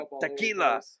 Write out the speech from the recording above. Tequila